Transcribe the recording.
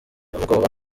ubwoba